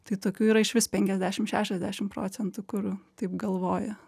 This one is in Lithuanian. tai tokių yra išvis penkiasdešim šešiasdešim procentų kur taip galvoja